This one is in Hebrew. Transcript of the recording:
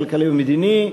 הכלכלי והמדיני.